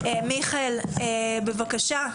מיכאל, בבקשה.